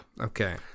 Okay